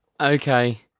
Okay